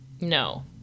No